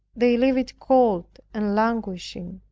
they leave it cold and languishing.